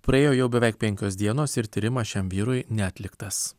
praėjo jau beveik penkios dienos ir tyrimas šiam vyrui neatliktas